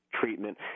treatment